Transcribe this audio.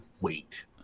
wait